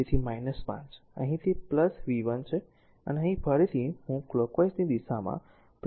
તેથી 5 અહીં તે v 1 છે અને અહીં ફરીથી હું કલોકવાઈઝની દિશામાં સાથે આગળ વધીશ